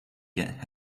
get